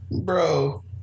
Bro